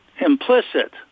implicit